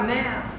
now